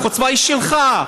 החוצפה היא שלך,